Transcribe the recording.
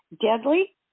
deadly